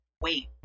wait